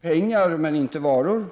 pengar, men inte varor.